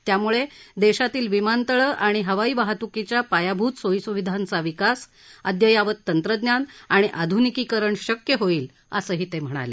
त्यामुळे देशातील विमानतळ आणि हवाई वाहतुकीच्या पायाभूत सोयी सुविधांचा विकास अद्ययावत तंत्रज्ञान आणि आधुनिकीकरण शक्य होईल असंही ते म्हणाले